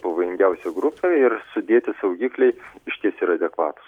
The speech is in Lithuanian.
pavojingiausia grupė ir sudėti saugikliai išties yra adekvatūs